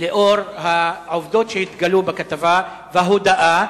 לאור העובדות שהתגלו בכתבה וההודאה?